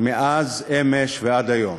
מאז אמש ועד היום.